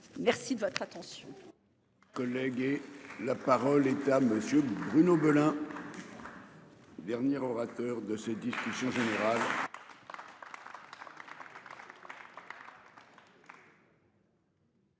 Merci de votre attention.